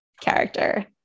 character